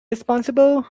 responsible